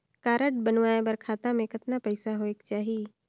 Card बनवाय बर खाता मे कतना पईसा होएक चाही?